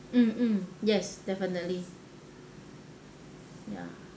mm mm yes definitely ya